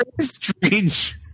strange